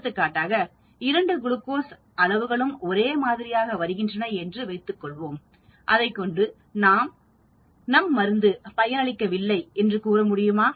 எடுத்துக்காட்டாக இரண்டு குளுக்கோஸ் அளவுகளும் ஒரே மாதிரியாக வருகின்றன என்று வைத்துக்கொள்வோம் அதைக்கொண்டு நம் மருந்து பயனளிக்கவில்லை என்று கூற முடியுமா